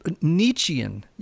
Nietzschean